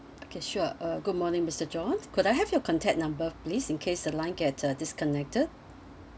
okay sure uh good morning mister john could I have your contact number please in case the line get uh disconnected